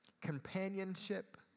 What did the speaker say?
Companionship